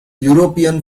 european